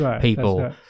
people